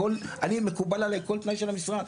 אני מקובל עלי כל תנאי של המשרד,